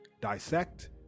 dissect